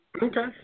Okay